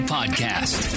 Podcast